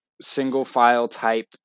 single-file-type